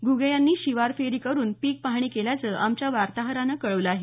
घुगे यांनी शिवार फेरी करून पीक पाहणी केल्याचं आमच्या वार्ताहरानं कळवलं आहे